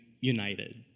united